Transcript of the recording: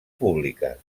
públiques